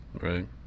Right